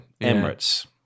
Emirates